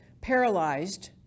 paralyzed